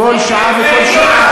כל שעה וכל שעה.